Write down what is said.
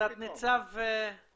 אני רוצה להתייחס להיבט שלנו מבחינת